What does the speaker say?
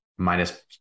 Minus